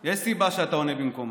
יש סיבה שאתה עונה במקומה.